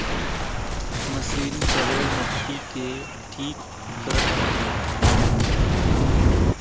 machine करेड़ मट्टी के ठीक करत हौ